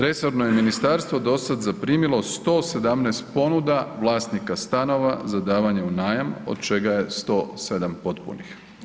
Resorno je ministarstvo do sada zaprimilo 117 ponuda vlasnika stanova za davanje u najam od čega je 107 potpunih.